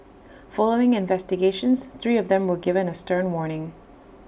following investigations three of them were given A stern warning